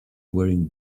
wearing